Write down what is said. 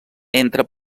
entre